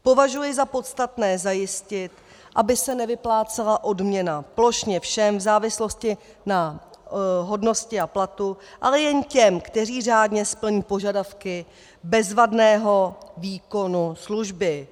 Považuji za podstatné zajistit, aby se nevyplácela odměna plošně všem v závislosti na hodnosti a platu, ale jen těm, kteří řádně splní požadavky bezvadného výkonu služby.